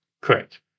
Correct